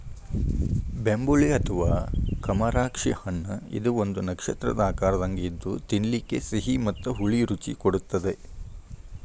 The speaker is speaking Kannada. ಬೆಂಬುಳಿ ಅಥವಾ ಕಮರಾಕ್ಷಿ ಹಣ್ಣಇದು ಒಂದು ನಕ್ಷತ್ರದ ಆಕಾರದಂಗ ಇದ್ದು ತಿನ್ನಲಿಕ ಸಿಹಿ ಮತ್ತ ಹುಳಿ ರುಚಿ ಕೊಡತ್ತದ